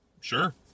sure